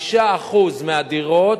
5% מהדירות,